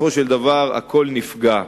בסופו של דבר הכול נפגע.